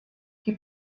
die